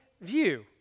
view